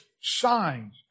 signs